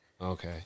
Okay